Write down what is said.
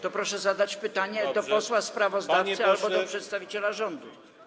To proszę zadać pytanie do posła sprawozdawcy albo do przedstawiciela rządu.